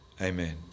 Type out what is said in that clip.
Amen